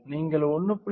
நீங்கள் 1